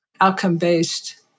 outcome-based